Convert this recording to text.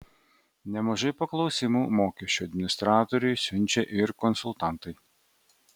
nemažai paklausimų mokesčių administratoriui siunčia ir konsultantai